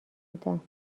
بودم